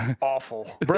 Awful